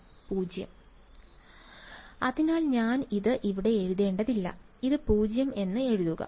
വിദ്യാർത്ഥി 0 0 അതിനാൽ ഞാൻ ഇത് ഇവിടെ എഴുതേണ്ടതില്ല ഇത് 0 എന്ന് എഴുതുക